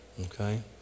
Okay